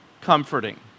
comforting